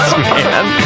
man